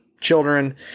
children